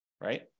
right